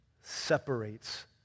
separates